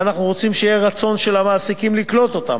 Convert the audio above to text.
ואנחנו רוצים שיהיה רצון של המעסיקים לקלוט אותם.